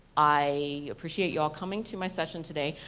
i appreciate your coming to my session today.